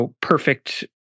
perfect